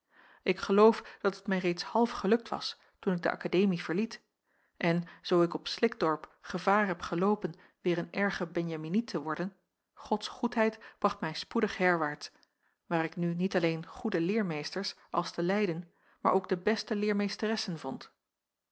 ik geloof dat het mij reeds half gelukt was toen ik de akademie verliet en zoo ik op slikdorp gevaar heb geloopen weêr een erge benjaminiet te worden gods goedheid bracht mij spoedig herwaarts waar ik nu niet alleen goede leermeesters als te leyden maar ook de beste leermeesteressen vond